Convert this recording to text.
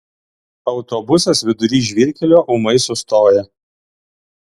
autobusas vidury žvyrkelio ūmai sustoja